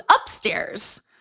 upstairs